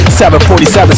747